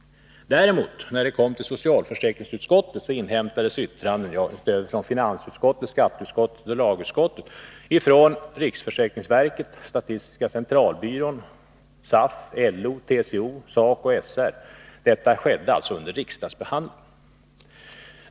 När förslaget kom till socialförsäkringsutskottet inhämtades däremot yttranden från finansutskottet, skatteutskottet och lagutskottet och därutöver från riksförsäkringsverket, statistiska centralbyrån, SAF, LO, TCO och SACO/SR. Detta skedde alltså under riksdagsbehandlingen.